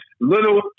little